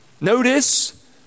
Notice